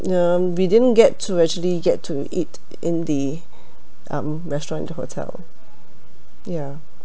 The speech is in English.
um we didn't get to actually get to eat in the um restaurant at your hotel ya